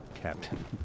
Captain